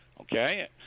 okay